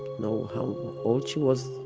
know how old she was,